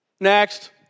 Next